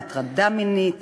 מהטרדה מינית,